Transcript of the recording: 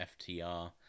FTR